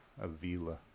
Avila